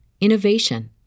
innovation